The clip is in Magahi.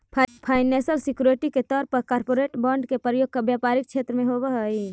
फाइनैंशल सिक्योरिटी के तौर पर कॉरपोरेट बॉन्ड के प्रयोग व्यापारिक क्षेत्र में होवऽ हई